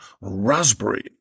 Raspberry